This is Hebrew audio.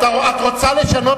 את רוצה לשנות?